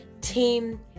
team